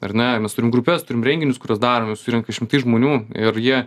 ar ne ir mes turim grupes turim renginius kuriuos darom surenka šimtai žmonių ir jie